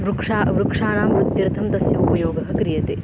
वृक्षा वृक्षाणां वृद्ध्यर्थं तस्य उपयोगः क्रियते